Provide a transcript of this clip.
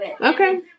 Okay